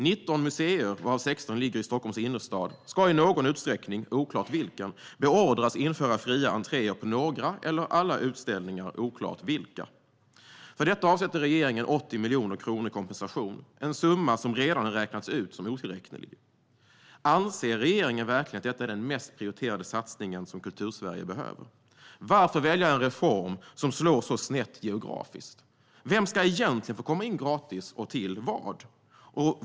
19 museer, varav 16 ligger i Stockholms innerstad, ska i någon utsträckning - oklart vilken - beordras införa fria entréer på några eller alla utställningar, oklart vilka. För detta avsätter regeringen 80 miljoner kronor i kompensation - en summa som redan har räknats ut som otillräcklig. Anser regeringen verkligen att detta är den mest prioriterade satsning Kultursverige behöver? Varför välja en reform som slår så snett geografiskt? Vem ska egentligen få komma in gratis, och till vad?